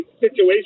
situation